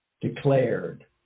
declared